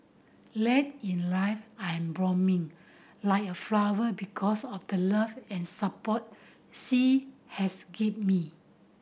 late in life I'm blooming like a flower because of the love and support she has give me